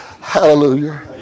Hallelujah